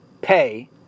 pay